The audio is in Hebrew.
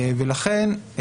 ולכן,